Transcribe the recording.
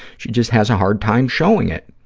she just has a hard time showing it.